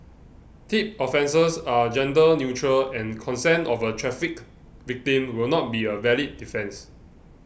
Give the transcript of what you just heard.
Tip offences are gender neutral and consent of a trafficked victim will not be a valid defence